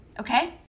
okay